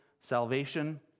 salvation